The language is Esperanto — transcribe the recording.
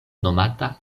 nomata